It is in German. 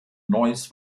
neuss